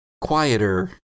quieter